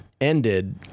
ended